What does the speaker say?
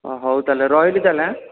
ଅ ହଉ ତା'ହେଲେ ରହିଲି ତା'ହେଲେ ହେଁ